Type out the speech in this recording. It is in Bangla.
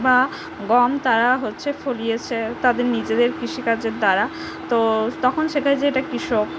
বা গম তারা হচ্ছে ফলিয়েছে তাদের নিজেদের কৃষিকাজের দ্বারা তো তখন সেটা যে এটা কৃষক